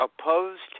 opposed